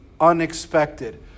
unexpected